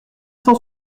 cent